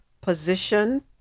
position